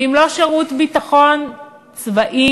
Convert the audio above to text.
ואם לא שירות ביטחון צבאי,